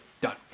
Done